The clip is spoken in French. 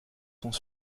sont